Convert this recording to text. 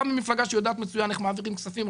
אתה בא ממפלגה שיודעת מצוין איך מעבירים כספים,